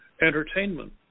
entertainment